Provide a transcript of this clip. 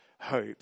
hope